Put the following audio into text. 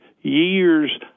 year's